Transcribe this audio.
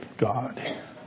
God